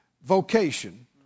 vocation